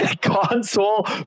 Console